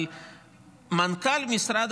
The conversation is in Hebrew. אבל מנכ"ל משרד